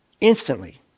instantly